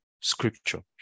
scripture